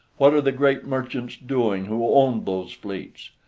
what are the great merchants doing who owned those fleets?